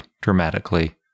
dramatically